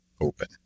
open